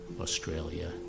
Australia